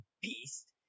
Beast